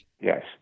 Yes